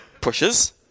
pushes